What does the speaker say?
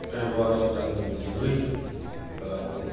फेब्रुवारि दाननि जिब्रै खालारखौ